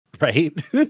right